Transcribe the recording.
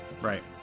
Right